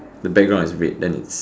the background is red then is